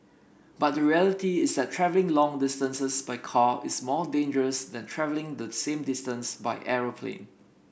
but the reality is that travelling long distances by car is more dangerous than travelling the same distance by aeroplane